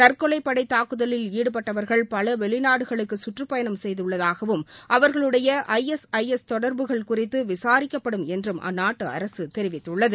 தற்கொலைப்படை தாக்குதலில் ஈடுபட்டவர்கள் பல வெளிநாடுகளுக்கு கற்றுப்பயணம் செய்துள்ளதாகவும் அவர்களுடைய ஐ எஸ் ஐ எஸ் தொடர்புகள் குறித்து விசாரிக்கப்படும் என்று அந்நாட்டு அரசு தெரிவித்துள்ளது